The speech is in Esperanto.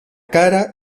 kara